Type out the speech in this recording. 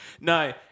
No